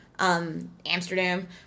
Amsterdam